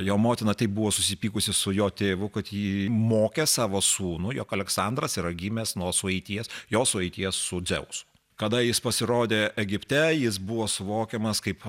jo motina taip buvo susipykusi su jo tėvu kad ji mokė savo sūnų jog aleksandras yra gimęs nuo sueities jos sueities su dzeusu kada jis pasirodė egipte jis buvo suvokiamas kaip